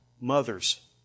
Mothers